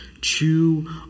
chew